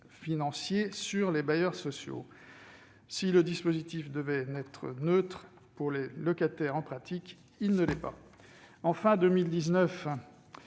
financiers pour les bailleurs sociaux. Si le dispositif devait être neutre pour les locataires, en pratique, il ne l'est pas. À la fin de